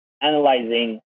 analyzing